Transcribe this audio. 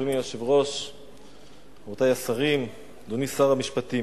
אדוני שר המשפטים,